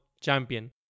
champion